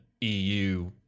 EU